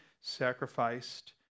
sacrificed